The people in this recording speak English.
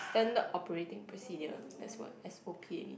standard operating procedure that's what S_O_P mean